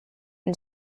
and